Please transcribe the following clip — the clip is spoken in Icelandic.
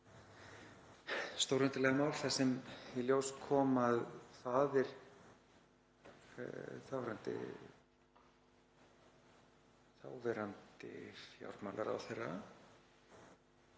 stórundarlega mál þar sem í ljós kom að faðir þáverandi fjármálaráðherra,